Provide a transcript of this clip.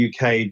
uk